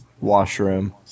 washroom